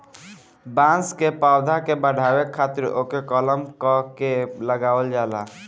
बांस के पौधा के बढ़ावे खातिर ओके कलम क के लगावल जाला